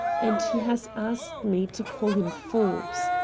and he has asked me to call him forbes.